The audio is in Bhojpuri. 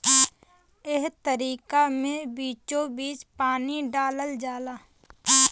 एह तरीका मे बीचोबीच पानी डालल जाला